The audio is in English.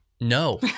No